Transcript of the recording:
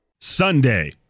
sunday